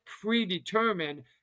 predetermine